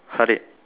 Harid